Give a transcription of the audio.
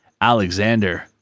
Alexander